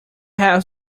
have